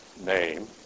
name